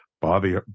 Bobby